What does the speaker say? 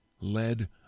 led